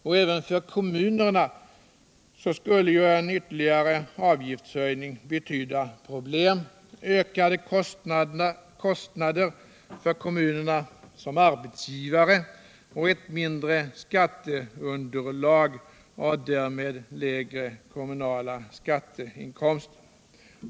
Och även för kommunerna skulle ytterligare avgiftshöjningar betyda problem: ökade kostnader för kommunerna som arbetsgivare, mindre skatteunderlag och därmed lägre kommunala skatteinkomster.